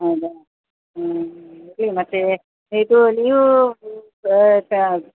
ಹೌದಾ ಹ್ಞೂ ಇರಲಿ ಮತ್ತು ಇದು ನೀವು